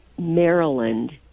Maryland